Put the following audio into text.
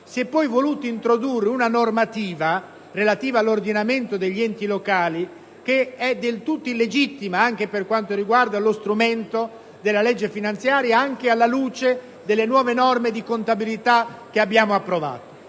Si è poi voluta introdurre una norma relativa all'ordinamento degli enti locali che è del tutto illegittima per quanto riguarda lo strumento della legge finanziaria anche alla luce delle nuove norme di contabilità che abbiamo approvato.